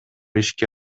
ишке